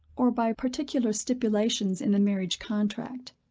or by particular stipulations in the marriage contract.